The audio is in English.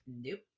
nope